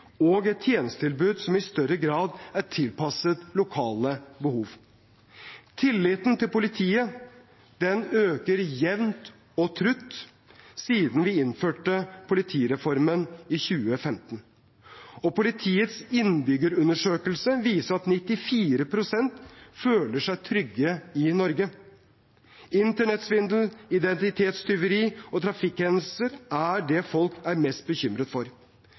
og et tjenestetilbud som i større grad er tilpasset lokale behov. Tilliten til politiet har økt jevnt og trutt siden vi innførte politireformen i 2015, og politiets innbyggerundersøkelse viser at 94 pst. føler seg trygge i Norge. Internettsvindel, identitetstyveri og trafikkhendelser er det folk er mest bekymret for.